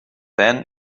then